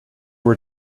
were